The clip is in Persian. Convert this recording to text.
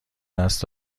دست